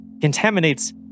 contaminates